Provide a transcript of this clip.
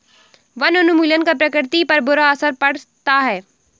वनोन्मूलन का प्रकृति पर बुरा असर पड़ता है